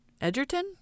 Edgerton